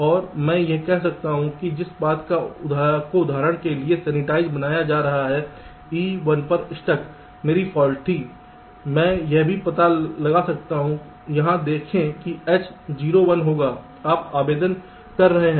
और मैं यह कह रहा हूं कि जिस पथ को उदाहरण के लिए सेंसीटाइज़े बनाया जा रहा है E 1 पर स्टक मेरी फाल्ट थी मैं यह भी पता लगा सकता हूं यहां देखें कि H 0 1 होगा आप आवेदन कर रहे हैं